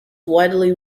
widely